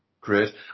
Great